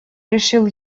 решил